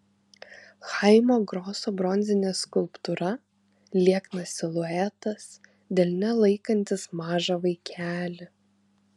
chaimo groso bronzinė skulptūra lieknas siluetas delne laikantis mažą vaikelį